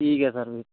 ठीक है सर फिर